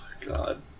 God